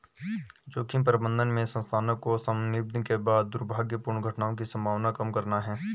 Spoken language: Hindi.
जोखिम प्रबंधन में संसाधनों के समन्वित के बाद दुर्भाग्यपूर्ण घटनाओं की संभावना कम करना है